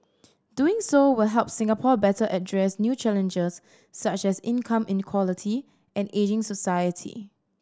doing so will help Singapore better address new challenges such as income inequality and ageing society